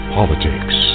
Politics